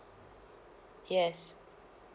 yes